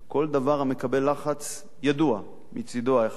כל דבר המקבל לחץ ידוע מצדו האחד